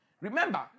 Remember